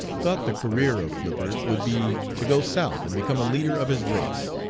thought the career of flipper would be to go south and become a leader of his race.